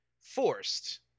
forced